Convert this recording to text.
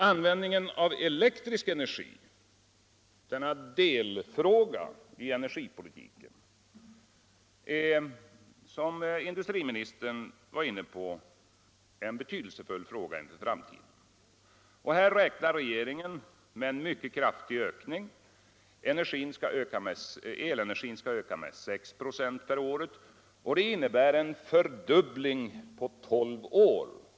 Användningen av elektrisk energi, denna delfråga i energipolitiken, är som industriministern var inne på en betydelsefull fråga inför framtiden. Där räknar regeringen med en mycket kraftig ökning. Elenergin skall öka med 6 96 per år. Det är en fördubbling på tolv år.